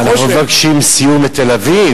אנחנו מבקשים סיור מתל-אביב?